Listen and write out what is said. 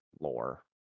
lore